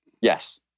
Yes